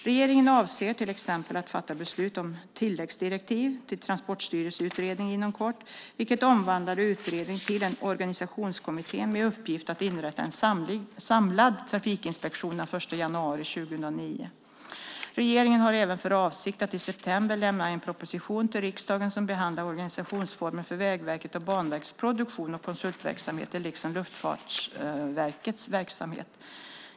Regeringen avser till exempel att fatta beslut om tilläggsdirektiv till Transportstyrelseutredningen inom kort, vilket omvandlar utredningen till en organisationskommitté med uppgift att inrätta en samlad trafikinspektion den 1 januari 2009. Regeringen har även för avsikt att i september lämna en proposition till riksdagen som behandlar organisationsformen för Vägverkets och Banverkets produktions och konsultverksamheter, liksom Luftfartsverkets verksamhet.